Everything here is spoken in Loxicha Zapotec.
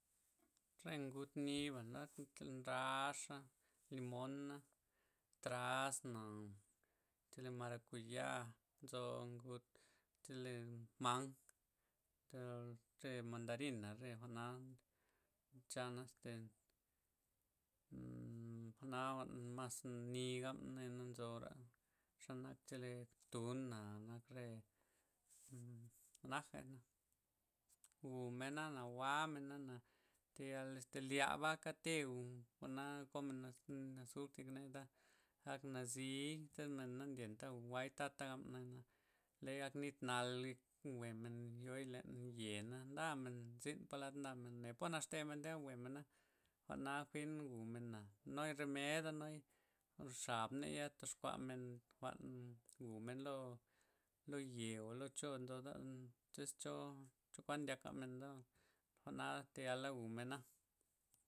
Re ngud niba' naka' ndraxa', limona', trasna', chele marakuya', nzo ngud nchole man'g, re mandarina' re jwa'na nchan, este jwa'na mas ni gabna' naya nzora' xanak chele tuna', nak re jwa'na najey', jwu' menana' jwa menana', tayal este lyaba' aka' te' jwu'men, jwa'na komen azuka yek nei, ak nazii, iz che men na ndienta' jwa'y tata' gab men ley ak nit nal wemen yoi len ye' na nda men zyn palad ndamen, na goney poo naxtemen jwue'mena', jwa'na jwi'n jwu' mena' nuy romeda' nuy xabmey toz kuamen jwa'n jwu'men lo yeba' olo choo ndoza' iz chokuan ndyak' kamen jwa'na tayal jwu'mena.